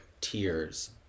tears